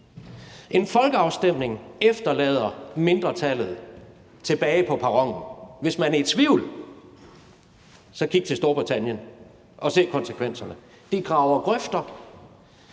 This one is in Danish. En folkeafstemning efterlader mindretallet tilbage på perronen. Hvis man er i tvivl, så kig til Storbritannien og se konsekvenserne. Folkeafstemninger